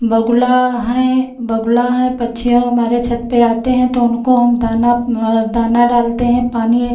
बगुला हैं बगुला हैं पक्षियों हमारे छत पर आते हैं तो उनको हम दाना दाना डालते हैं पानी